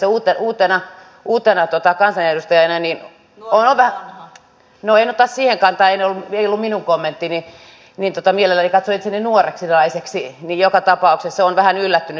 itse asiassa uutena kansanedustajana no en ota siihen kantaa ei ollut minun kommenttini mielelläni katson itseni nuoreksi naiseksi olen ollut vähän yllättynyt